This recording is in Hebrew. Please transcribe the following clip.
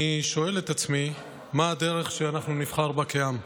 אני שואל את עצמי, מה הדרך שאנחנו נבחר בה כעם?